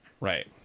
Right